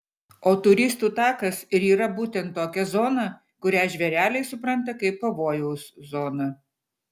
o turistų takas ir yra būtent tokia zona kurią žvėreliai supranta kaip pavojaus zoną